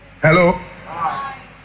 Hello